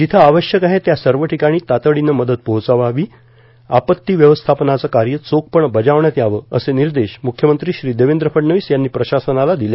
जिथं आवश्यक आहे त्या सर्व ठिकाणी तातडीनं मदत पोहोचवावी आपत्ती व्यवस्थापनाचे कार्य चोखपणं बजावण्यात यावं असे निर्देश मुख्यमंत्री श्री देवेंद्र फडणवीस यांनी प्रशासनाला दिले